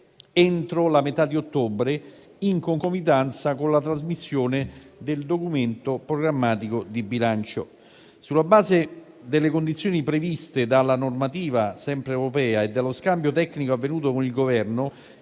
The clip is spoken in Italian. entro la metà di ottobre, in concomitanza con la trasmissione del Documento programmatico di bilancio. Sulla base delle condizioni previste dalla normativa europea e dello scambio tecnico avvenuto con il Governo,